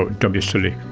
but don't be silly.